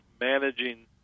managing